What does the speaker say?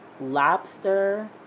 lobster